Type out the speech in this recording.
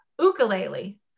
ukulele